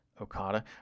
Okada